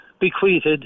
bequeathed